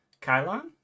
kylon